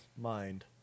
mind